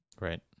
Right